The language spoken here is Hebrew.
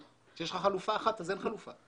כשיש לך חלופה אחת אז אין חלופה.